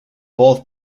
both